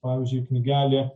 pavyzdžiui knygelė